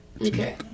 Okay